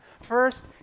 First